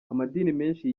menshi